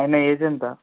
ఆయన ఏజ్ ఎంత